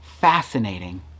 fascinating